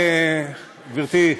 גברתי?